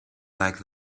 like